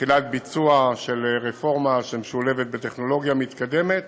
תחילת ביצוע של רפורמה שמשולבת בטכנולוגיה מתקדמת,